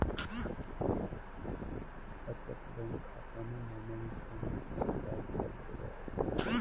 बचत बैंक खाता में नामांकन सुविधा उपलब्ध होबो हइ